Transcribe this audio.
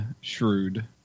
shrewd